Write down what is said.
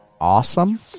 awesome